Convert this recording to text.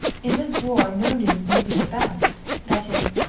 in this war no news may be the best that is,